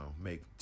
make